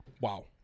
wow